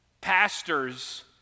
pastors